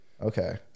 Okay